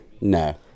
No